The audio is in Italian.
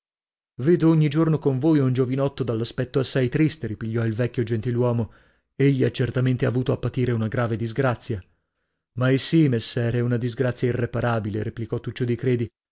vedo ogni giorno con voi un giovinotto dall'aspetto assai triste ripigliò il vecchio gentiluomo egli ha certamente avuto a patire una grave disgrazia maisì messere una disgrazia irreparabile replicò tuccio di credi